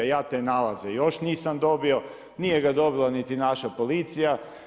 Ja te nalaze još nisam dobio, nije ga dobila niti naša policija.